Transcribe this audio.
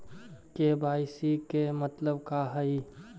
KYC के मतलब का हई?